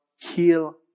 kill